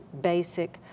basic